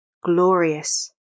glorious